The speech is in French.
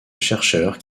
chercheurs